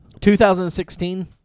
2016